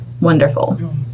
wonderful